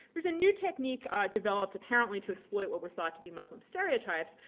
there's a new technique developed apparently to exploit what were thought to be muslim stereotypes.